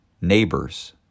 Neighbors